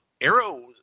arrow